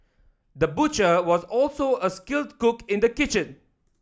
the butcher was also a skilled cook in the kitchen